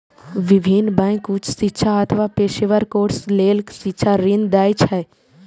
विभिन्न बैंक उच्च शिक्षा अथवा पेशेवर कोर्स लेल शिक्षा ऋण दै छै